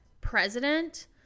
president